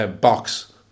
box